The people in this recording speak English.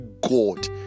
God